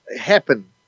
happen